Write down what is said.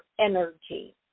energy